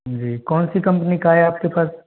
जी कौन सी कंपनी का है आपके पास